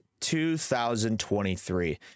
2023